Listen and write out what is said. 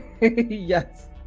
Yes